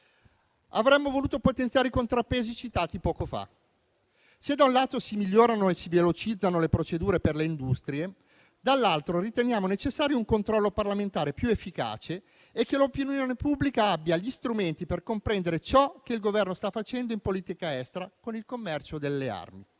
Avremmo voluto potenziare i contrappesi citati poco fa. Se da un lato si migliorano e si velocizzano le procedure per le industrie, dall'altro riteniamo necessario un controllo parlamentare più efficace e che l'opinione pubblica abbia gli strumenti per comprendere ciò che il Governo sta facendo in politica estera con il commercio delle armi.